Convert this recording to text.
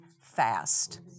fast